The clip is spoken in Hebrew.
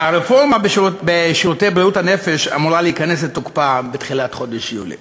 הרפורמה בשירותי בריאות הנפש אמורה להיכנס לתוקפה בתחילת חודש יולי.